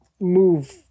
move